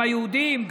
גם היהודים,